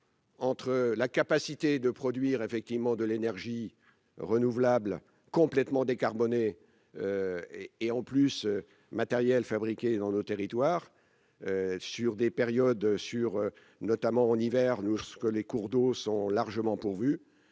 Entre la capacité de produire effectivement de l'énergie renouvelable complètement décarbonés et et en plus matériel fabriqué dans nos territoires sur des périodes sur notamment en hiver, nous ce que les cours d'eau sont largement pourvus.